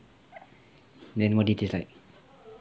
then what did it taste like